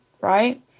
right